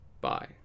Bye